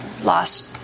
lost